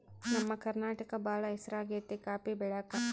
ನಮ್ಮ ಕರ್ನಾಟಕ ಬಾಳ ಹೆಸರಾಗೆತೆ ಕಾಪಿ ಬೆಳೆಕ